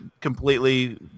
completely